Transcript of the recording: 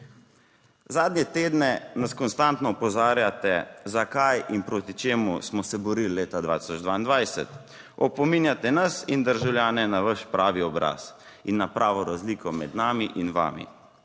Zadnje tedne nas konstantno opozarjate, za kaj in proti čemu smo se borili leta 2022, opominjate nas in državljane na vaš pravi obraz in na pravo razliko med nami in vami.